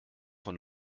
von